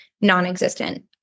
non-existent